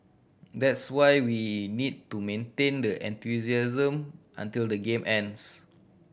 that's why we need to maintain the enthusiasm until the game ends